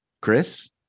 Chris